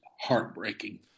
heartbreaking